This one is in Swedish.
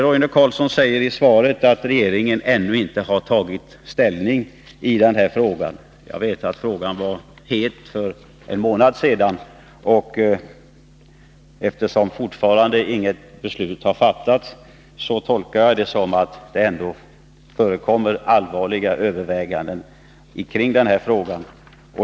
Roine Carlsson säger i svaret att regeringen ännu inte har tagit ställning i den här frågan. Jag vet att frågan var het för en månad sedan, och eftersom ännu inget beslut har fattats utgår jag från att det ändå förekommer allvarliga överväganden kring denna fråga.